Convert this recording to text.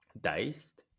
diced